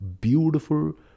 beautiful